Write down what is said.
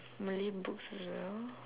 malay books as well